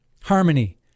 harmony